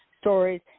stories